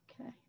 Okay